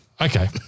Okay